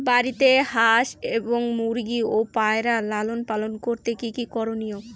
বাড়িতে হাঁস এবং মুরগি ও পায়রা লালন পালন করতে কী কী করণীয়?